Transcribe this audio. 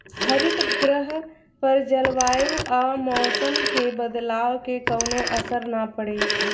हरितगृह पर जलवायु आ मौसम के बदलाव के कवनो असर ना पड़े